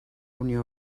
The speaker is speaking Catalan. unió